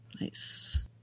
Nice